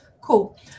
Cool